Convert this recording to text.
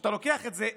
כשאתה לוקח את זה,